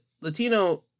Latino